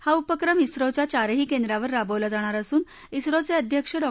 हा उपक्रम िझेच्या चारही केंद्रावर राबवला जाणार असून झोचे अध्यक्ष डॉ